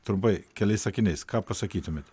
trumpai keliais sakiniais ką pasakytumėt